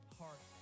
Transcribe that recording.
heart